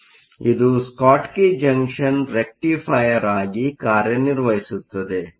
ಆದ್ದರಿಂದಇದು Schottky junction rectifier ಆಗಿ ಕಾರ್ಯನಿರ್ವಹಿಸುತ್ತದೆ